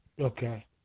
Okay